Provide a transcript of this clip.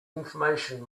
information